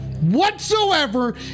whatsoever